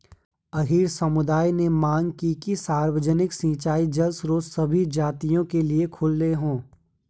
अहीर समुदाय ने मांग की कि सार्वजनिक सिंचाई जल स्रोत सभी जातियों के लिए खुले हों